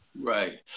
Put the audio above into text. right